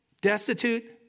destitute